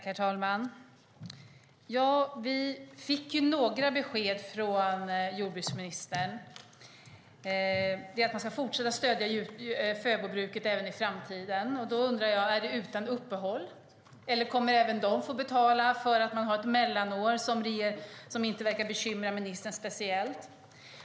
Herr talman! Ja, vi fick några besked från jordbruksministern. Det är att man ska fortsätta stödja fäbodbruket även i framtiden. Då undrar jag: Är det utan uppehåll? Eller kommer även de att få betala för att man har ett mellanår, som inte verkar bekymra ministern speciellt?